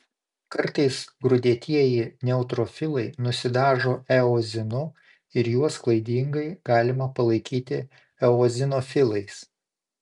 kartais grūdėtieji neutrofilai nusidažo eozinu ir juos klaidingai galima palaikyti eozinofilais